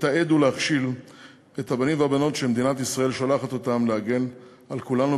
לתעד ולהכשיל את הבנים והבנות שמדינת ישראל שולחת להגן על כולנו,